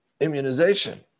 immunization